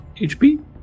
HP